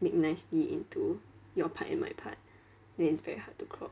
make nicely into your part and my part then it's very hard to crop